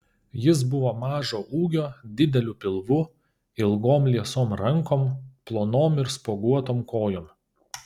jis buvo mažo ūgio dideliu pilvu ilgom liesom rankom plonom ir spuoguotom kojom